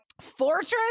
fortress